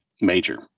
major